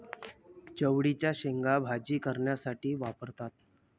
चवळीच्या शेंगा भाजी करण्यासाठी वापरतात